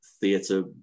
theatre